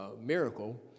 miracle